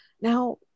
Now